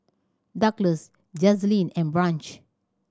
Douglas Jazlene and Branch